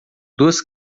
duas